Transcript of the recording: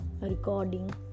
recording